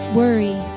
worry